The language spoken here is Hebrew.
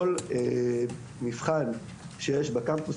כל מבחן שיש בקמפוס,